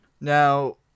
Now